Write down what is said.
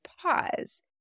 pause